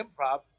improv